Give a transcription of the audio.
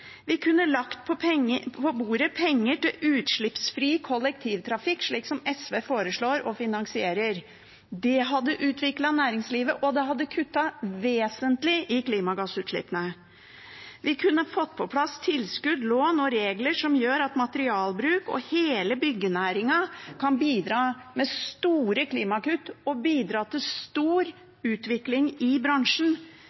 Vi kunne lagt på bordet penger til utslippsfri kollektivtrafikk, slik SV foreslår og finansierer. Det hadde utviklet næringslivet, og det hadde kuttet vesentlig i klimagassutslippene. Vi kunne fått på plass tilskudd, lån og regler som gjør at hele byggenæringen gjennom bl.a. materialbruk kan bidra med store klimakutt og til